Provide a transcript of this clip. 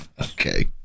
okay